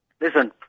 Listen